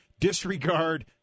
disregard